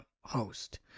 host